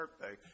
birthday